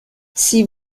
sie